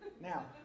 Now